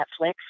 Netflix